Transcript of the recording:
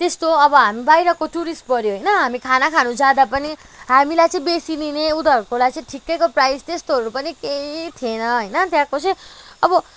त्यस्तो अब हामी बाहिरको टुरिस्ट पर्यो होइन हामी खाना खानजाँदा पनि हामीलाई चाहिँ बेसी लिने उनीहरूकोलाई चाहिँ ठिकैको प्राइस त्यस्तोहरू पनि केही थिएन होइन त्यहाँको चाहिँ अब